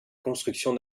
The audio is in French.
construction